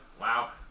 Wow